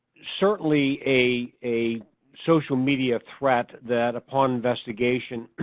certainly a a social media threat that upon investigation,